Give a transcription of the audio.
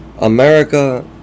america